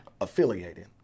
affiliated